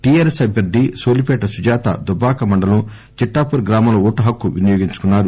TRS అభ్యర్ది నోలిపేట సుజాత దుబ్బాక మండలం చిట్లాపూర్ గ్రామంలో ఓటు హక్కు వినియోగించుకోన్నా రు